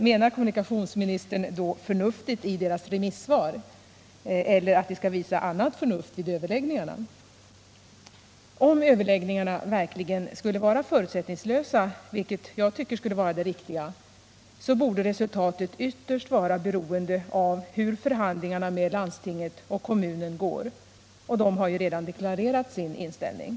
Menar kommunikationsministern då förnuf — Nr 53 tet i deras remissvar eller att de skall visa annat förnuft vid överlägg Torsdagen den ningarna? Om överläggningarna verkligen skall vara förutsättningslösa, 15 december 1977 vilket jag tycker skulle vara det riktiga, så borde resultatet ytterst vara beroende av hur förhandlingarna med landstinget och kommunen går. — Flygplatsfrågan i Och de har ju redan deklarerat sin inställning!